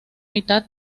mitad